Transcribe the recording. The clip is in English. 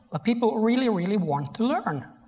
but people really, really want to learn.